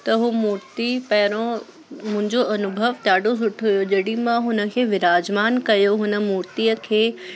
त उहो मूर्ति पहिरियों मुंहिंजो अनुभव ॾाढो सुठो हुओ जॾहिं मां हुन खे विराजमान कयो हुन मूर्तिअ खे